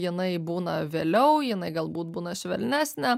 jinai būna vėliau jinai galbūt būna švelnesnė